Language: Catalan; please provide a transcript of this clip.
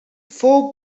fou